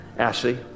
Ashley